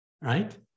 right